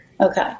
Okay